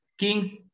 Kings